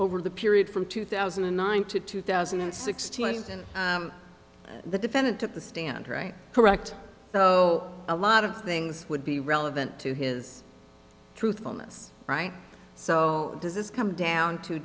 over the period from two thousand and nine to two thousand and sixteen and the defendant took the stand right correct so a lot of things would be relevant to his truthfulness right so does this come down to